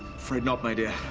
afraid not, my dear.